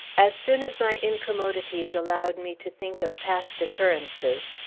as soon as my incommodities allowed me to think of past occurrences,